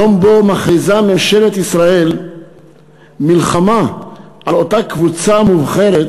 יום שבו מכריזה ממשלת ישראל מלחמה על אותה קבוצה מובחרת